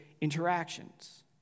interactions